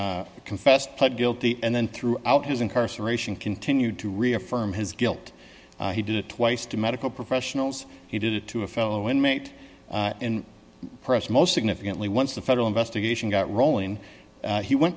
confessed pled guilty and then throughout his incarceration continued to reaffirm his guilt he did it twice to medical professionals he did it to a fellow inmate in press most significantly once the federal investigation got rolling he went